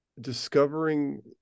discovering